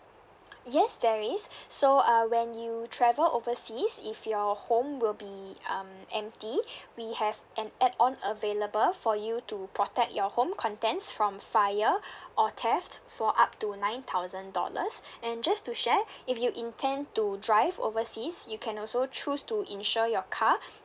yes there is so uh when you travel overseas if your home will be um empty we have an add on available for you to protect your home contents from fire or theft for up to nine thousand dollars and just to share if you intend to drive overseas you can also choose to insure your car